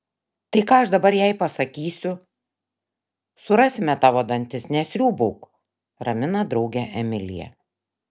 tai ką aš dabar jai pasakysiu surasime tavo dantis nesriūbauk ramina draugę emilija